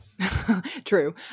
true